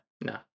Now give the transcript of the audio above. no